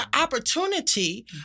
opportunity